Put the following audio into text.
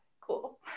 Cool